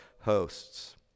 hosts